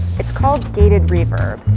it's called gated reverb,